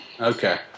Okay